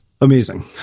Amazing